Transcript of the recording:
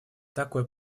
такой